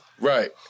right